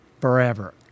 forever